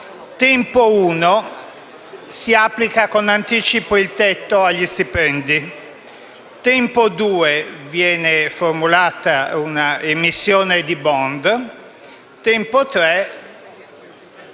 tempo 1) si applica con anticipo il tetto agli stipendi; tempo 2) viene formulata un'emissione di *bond*; tempo 3)